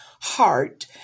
heart